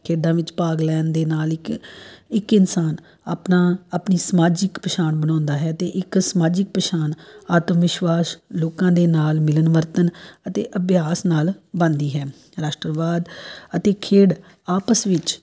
ਖੇਡਾਂ ਵਿੱਚ ਭਾਗ ਲੈਣ ਦੇ ਨਾਲ ਇੱਕ ਇੱਕ ਇਨਸਾਨ ਆਪਣਾ ਆਪਣੀ ਸਮਾਜਿਕ ਪਛਾਣ ਬਣਾਉਂਦਾ ਹੈ ਅਤੇ ਇੱਕ ਸਮਾਜਿਕ ਪਛਾਣ ਆਤਮ ਵਿਸ਼ਵਾਸ ਲੋਕਾਂ ਦੇ ਨਾਲ ਮਿਲਣ ਵਰਤਣ ਅਤੇ ਅਭਿਆਸ ਨਾਲ ਬਣਦੀ ਹੈ ਰਾਸ਼ਟਰਵਾਦ ਅਤੇ ਖੇਡ ਆਪਸ ਵਿੱਚ